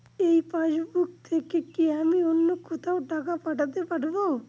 এই পাসবুক থেকে কি আমি অন্য কোথাও টাকা পাঠাতে পারব?